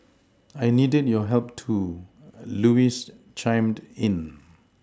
I needed your help too Louise chimed in